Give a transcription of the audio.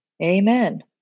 Amen